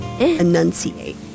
enunciate